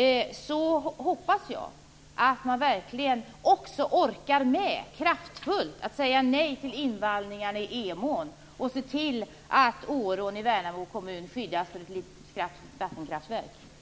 - hoppas jag att man verkligen också orkar med att kraftfullt säga nej till invallningarna i Emån. Jag hoppas också att regeringen ser till att Årån i Värnamo kommun skyddas från ett litet vattenkraftverk.